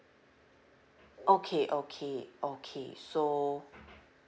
okay okay okay so